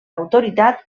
autoritat